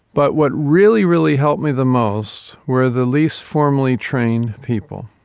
but what really, really helped me the most were the least formally trained people.